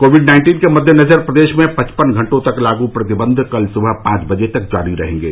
Covid nineteen के मददेनजर प्रदेश में पचपन घंटों तक लागू प्रतिबन्ध कल सुबह पांच बजे तक जारी रहेंगे